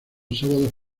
sábados